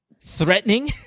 Threatening